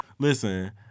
Listen